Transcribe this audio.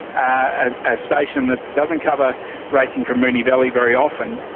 ah a station that doesn't cover racing from moonee valley very often?